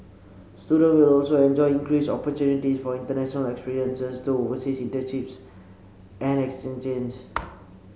student will also enjoy increased opportunities for international experiences through overseas internships and exchanges